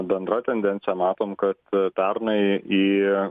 bendra tendencija matom kad pernai į